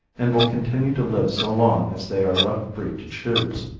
and will continue to live so long as they are left free to choose.